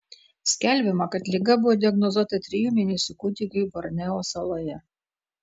skelbiama kad liga buvo diagnozuota trijų mėnesių kūdikiui borneo saloje